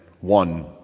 One